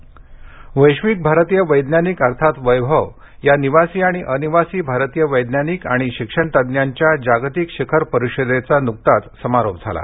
वैभव वैश्विक भारतीय वैज्ञानिक अर्थात वैभव या निवासी आणि अनिवासी भारतीय वैज्ञानिक आणि शिक्षण तज्ज्ञांच्या जागतिक शिखर परिषदेचा नुकताच समारोप झाला